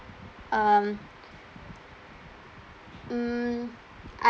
um mm